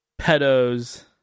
Pedos